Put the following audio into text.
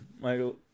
Michael